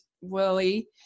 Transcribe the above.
willie